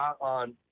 on